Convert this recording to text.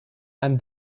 and